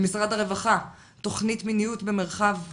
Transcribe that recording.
למשרד הרווחה, תוכנית מיניות במרחב הפתוח,